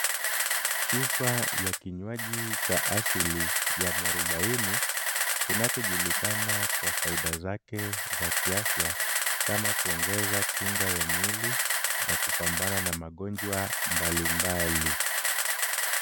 Chupa ya kinywaji cha asili ya muarubaini, kinachojulikana kwa faida zake za kiafya kama kuongeza kinga ya mwili na kupambana na magonjwa mbali mbali.